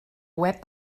web